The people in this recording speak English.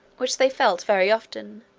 which they felt very often,